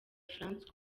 françois